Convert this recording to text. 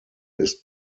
ist